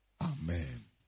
Amen